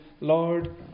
Lord